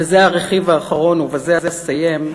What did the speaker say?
וזה הרכיב האחרון, ובזה אסיים,